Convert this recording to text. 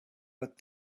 but